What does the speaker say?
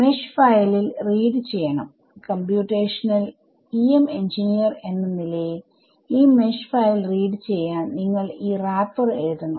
mesh ഫയലിൽ read ചെയ്യണംകമ്പ്യൂട്ടേഷണൽ EM engineer എന്ന നിലയിൽ ഈ മെഷ് ഫയൽ റീഡ് ചെയ്യാൻ നിങ്ങൾ ഈ റാപ്പർ എഴുതണം